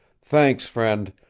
thanks, friend.